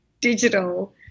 digital